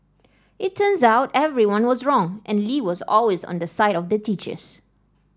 it turns out everyone was wrong and Lee was always on the side of the teachers